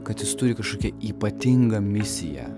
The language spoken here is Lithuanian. kad jis turi kažkokią ypatingą misiją